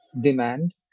demand